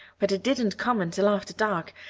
but it didn't come until after dark,